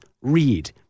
read